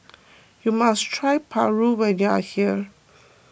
you must try Paru when you are here